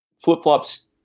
flip-flops